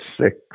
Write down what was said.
six